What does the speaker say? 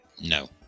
No